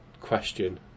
question